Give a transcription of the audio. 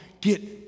get